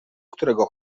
którego